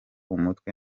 umutwe